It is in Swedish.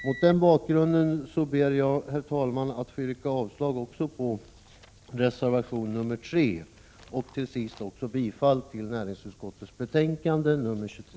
Mot denna bakgrund ber jag, herr talman, att få yrka avslag på reservation nr 3 samt slutligen bifall till näringsutskottets hemställan i betänkande nr 23.